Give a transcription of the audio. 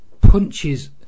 punches